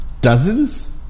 dozens